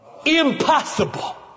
Impossible